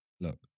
look